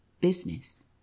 business